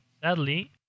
sadly